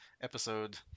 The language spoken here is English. episode